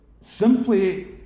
simply